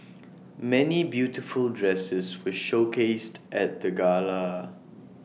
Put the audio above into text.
many beautiful dresses were showcased at the gala